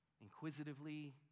inquisitively